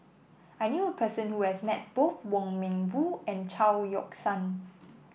I knew a person who has met both Wong Meng Voon and Chao Yoke San